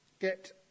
get